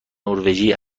نروژی